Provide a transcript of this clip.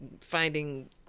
finding